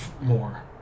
more